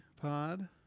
pod